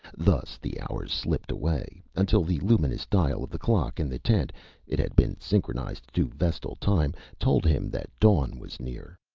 thus the hours slipped away, until the luminous dial of the clock in the tent it had been synchronized to vestal time told him that dawn was near.